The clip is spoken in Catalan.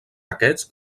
aquests